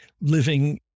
living